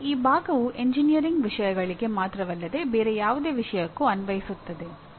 ಅಂದರೆ ಈ ಭಾಗವು ಎಂಜಿನಿಯರಿಂಗ್ ವಿಷಯಗಳಿಗೆ ಮಾತ್ರವಲ್ಲದೆ ಬೇರೆ ಯಾವುದೇ ವಿಷಯಕ್ಕೂ ಅನ್ವಯಿಸುತ್ತದೆ